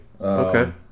Okay